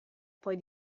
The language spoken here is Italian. poi